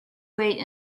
wait